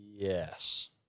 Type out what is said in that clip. Yes